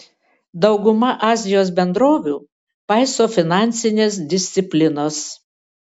dauguma azijos bendrovių paiso finansinės disciplinos